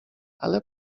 ale